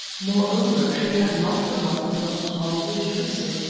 moreover, she had not forgotten her horrible jealousy.